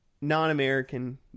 non-American